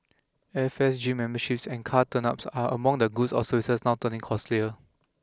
airfares gym memberships and car tuneups are among the goods or services now turning costlier